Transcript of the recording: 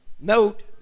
note